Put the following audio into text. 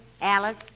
Alice